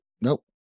nope